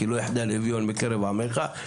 כי לא יחדל אביון מקרב עמך,